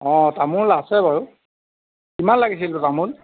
অঁ তামোল আছে বাৰু কিমান লাগিছিল তামোল